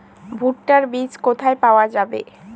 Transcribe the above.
ভুট্টার বিজ কোথায় পাওয়া যাবে?